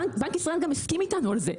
בנק ישראל גם הסכים איתנו על זה,